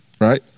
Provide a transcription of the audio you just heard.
Right